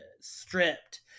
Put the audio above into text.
stripped